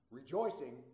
rejoicing